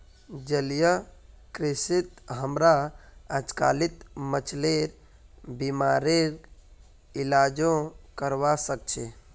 जलीय कृषित हमरा अजकालित मछलिर बीमारिर इलाजो करवा सख छि